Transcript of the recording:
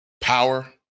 power